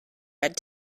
red